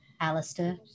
Alistair